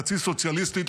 חצי סוציאליסטית,